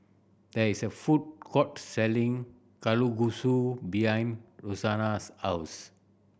there is a food court selling Kalguksu behind Rosanna's house